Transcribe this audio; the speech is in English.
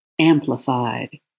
amplified